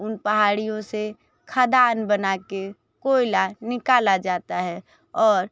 उन पहाड़ियों से खदान बना के कोयला निकाला जाता है और